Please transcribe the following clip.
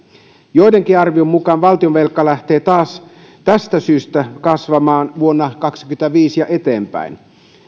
joidenkin arvioiden mukaan valtionvelka lähtee tästä syystä taas kasvamaan vuonna kaksikymmentäviisi ja eteenpäin